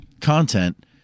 content